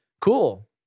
cool